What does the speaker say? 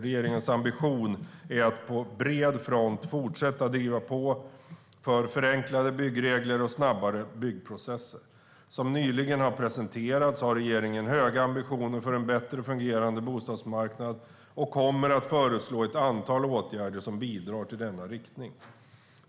Regeringens ambition är att på bred front fortsätta driva på för förenklade byggregler och snabbare byggprocesser. Som nyligen har presenterats har regeringen höga ambitioner för en bättre fungerande bostadsmarknad och kommer att föreslå ett antal åtgärder som bidrar till denna riktning.